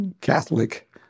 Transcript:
Catholic